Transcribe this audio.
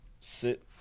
sit